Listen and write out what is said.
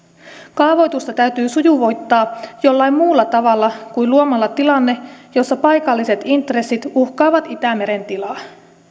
kaavoitusta täytyy sujuvoittaa jollain muulla tavalla kuin luomalla tilanne jossa paikalliset intressit uhkaavat itämeren tilaa